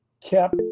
kept